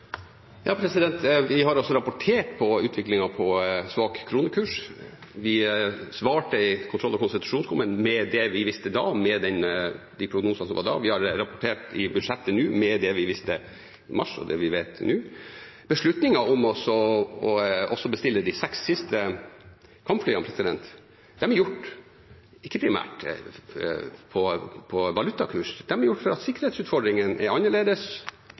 Vi har rapportert om utviklingen av svak kronekurs. Vi svarte kontroll- og konstitusjonskomiteen med det vi visste da, med de prognosene som var da. Vi har rapport i budsjettet for 2021, med det vi visste i mars, og det vi vet nå. Beslutningen om å bestille de seks siste kampflyene ble gjort ikke primært på grunn av valutakurs. Den ble gjort fordi sikkerhetsutfordringene er annerledes, og de vurderingene som er gjort for